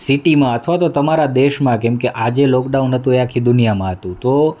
સિટીમાં અથવા તો તમારા દેશમાં કેમકે આજે લોકડાઉન હતું એ આખી દુનિયામાં હતું તો